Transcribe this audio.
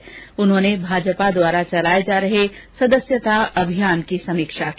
श्री चौधरी ने भाजपा द्वारा चलाए जा रहे सदस्यता अभियान की समीक्षा की